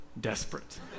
desperate